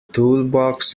toolbox